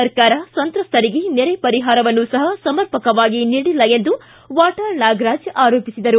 ಸರ್ಕಾರ ಸಂತ್ರಸ್ತರಿಗೆ ನೆರೆ ಪರಿಹಾರವನ್ನು ಸಹ ಸಮರ್ಪಕವಾಗಿ ನೀಡಿಲ್ಲ ಎಂದು ವಾಟಾಳ್ ನಾಗರಾಜ್ ಆರೋಪಿಸಿದರು